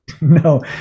No